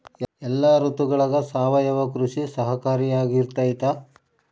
ಎಲ್ಲ ಋತುಗಳಗ ಸಾವಯವ ಕೃಷಿ ಸಹಕಾರಿಯಾಗಿರ್ತೈತಾ?